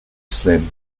slim